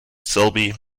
selby